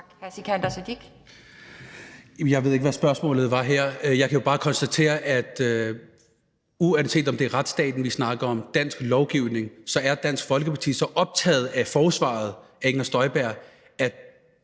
Jeg ved ikke, hvad spørgsmålet var her. Jeg kan bare konstatere, at uanset om det er retsstaten, vi snakker om, dansk lovgivning, så er Dansk Folkeparti så optaget af forsvaret af Inger Støjberg, at